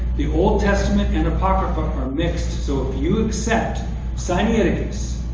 the old testament and apocrypha are mixed. so if you accept sinatiicus,